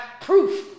proof